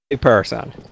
person